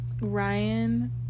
Ryan